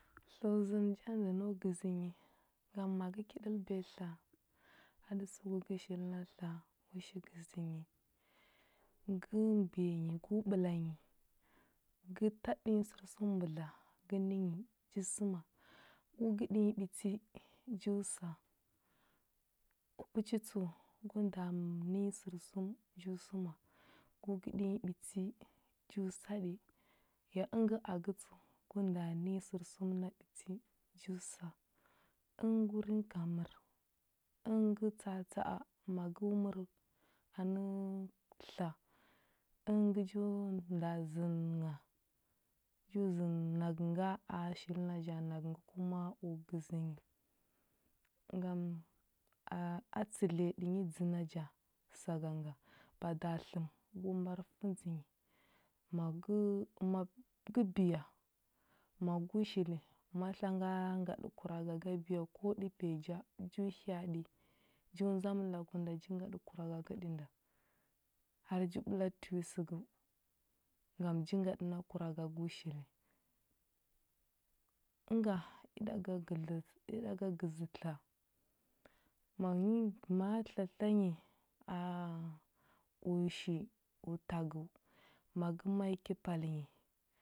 O zənə ja də no gəzə nyi. Ngam ma gə ki ɗəlbiya tla a ɗə sugu gə shili a tla gə shil gəzə nyi, gə mbiya nyi go ɓəla nyi, gə taɗə nyi sərsum mbudla gə nə nyi ji səma. Go gəɗə nyi ɓiti, jo sa. Əpuchi tsəu, go nda mm nə nyi sərsum ju səma, go gəɗə nyi ɓiti ju saɗi, ya əngə agəu tsəu, go nda nə nyi sərsum na ɓiti ju sa. Əngə go rika məra, əngə tsa atsa a ma go mər anəu- tla. Əngə ngə jo nda zənə ngha, ju zənə nagə nga a shili naja nagə ngə kuma o gəzə nyi. Ngam a a tsəliyaɗə nyi dzə naja saganga, bada tləm go mbar fəndzə nyi. Ma gə ma tərbiya, ma go shili, ma tla nga ngaɗə kuraga ga biya ko ɗə piya ja, ju hya aɗi, ju ndzam lagu nda ji ngaɗə kuraga ga ɗə nda, har ji ɓəla tiu səgəu, ngam ji ngaɗə na kuraga ga o shili. Ənga i ɗaga gədlə i ɗaga gədlə tla ma nyi ma tla tla nyi a- o shi o tagəu, ma ma i ki pal nyi